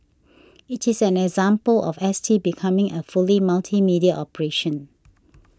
it is another example of S T becoming a fully multimedia operation